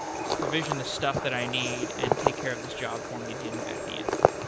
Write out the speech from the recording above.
provision the stuff that i need and take care of this job for me and hand me back the answer.